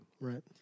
Right